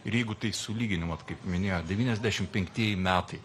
ir jeigu tai sulygini vat kaip minėjo devyniasdešimt penktieji metai